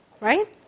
Right